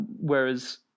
Whereas